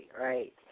right